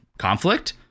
conflict